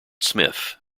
smith